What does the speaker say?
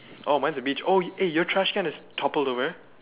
oh mine's a beach eh your trash can is toppled over